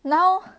now